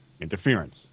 Interference